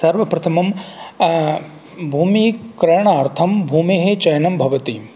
सर्वप्रथमं भूमिः क्रयणार्थं भूमेः चयनं भवति